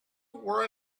were